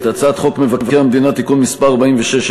את הצעת חוק מבקר המדינה (תיקון מס' 46),